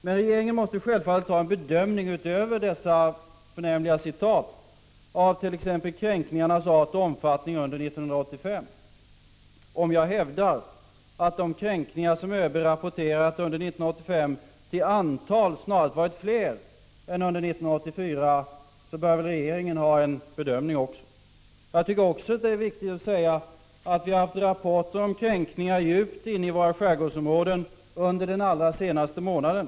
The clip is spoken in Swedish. Men regeringen måste självfallet ha en bedömning — utöver vad som sägs i de förnämliga citaten — av t.ex. kränkningarnas art och omfattning under 1985. Om jag hävdar att de kränkningar som ÖB har rapporterat under 1985 till antalet snarast varit fler än under 1984, bör väl även regeringen ha en bedömning. Jag tycker också att det är viktigt att framhålla att vi fått rapporter om kränkningar djupt inne i våra skärgårdsområden under den allra senaste månaden.